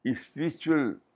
spiritual